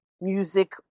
music